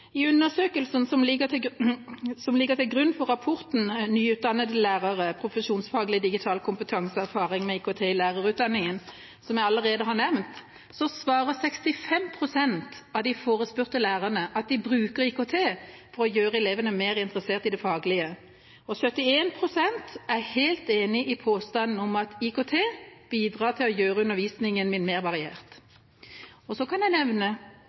I undersøkelsen som ligger til grunn for rapporten «Nyutdannede lærere – profesjonsfaglig digital kompetanse og erfaringer med IKT i lærerutdanningen», som jeg allerede har nevnt, svarer 65 pst. av de forespurte lærerne at de bruker IKT for å gjøre elevene mer interessert i det faglige, og 71 pst. er helt enig i påstanden om at «IKT bidrar til å gjøre undervisningen min mer variert». Og så kan jeg nevne